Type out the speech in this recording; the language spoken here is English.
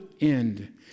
end